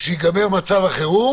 כשייגמר מצב החירום